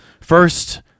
First